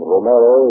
Romero